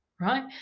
right